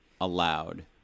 allowed